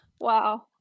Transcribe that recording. wow